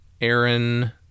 aaron